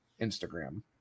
Instagram